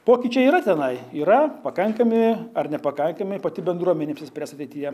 pokyčiai yra tenai yra pakankami ar nepakankami pati bendruomenė apsispręs ateityje